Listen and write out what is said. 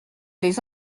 les